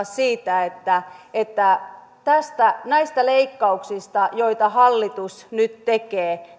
siitä että että näistä leikkauksista joita hallitus nyt tekee